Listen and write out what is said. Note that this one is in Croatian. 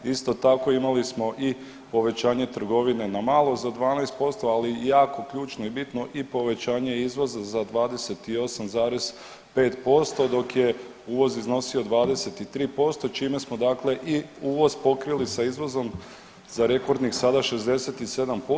Isto tako, imali smo i povećanje trgovine na malo za 12%, ali i jako ključno i bitno, i povećanje izvoza za 28,5%, dok je uvoz iznosio 23%, čime smo dakle i uvoz pokrili sa izvozom za rekordnih sada, 67%